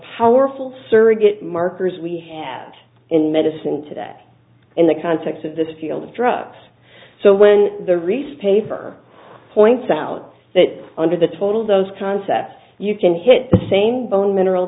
powerful surrogate markers we have in medicine today in the context of the field of drugs so when the restate for points out that under the total of those concepts you can hit the same bone mineral